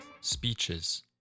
speeches